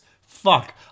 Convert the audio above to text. Fuck